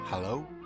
Hello